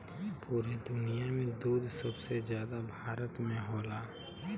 पुरे दुनिया में दूध सबसे जादा भारत में होला